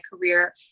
career